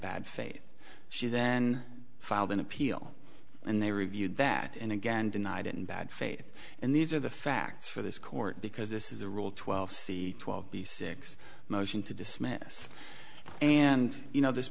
bad faith she then filed an appeal and they reviewed that and again denied it in bad faith and these are the facts for this court because this is a rule twelve c twelve b six motion to dismiss and you know this